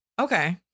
Okay